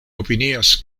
opinias